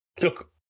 Look